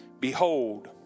Behold